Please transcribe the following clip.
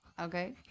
Okay